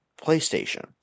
PlayStation